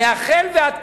מהחל ועד כלה.